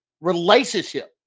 relationship